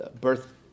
birth